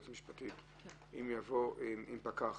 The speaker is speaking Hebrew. אם פקח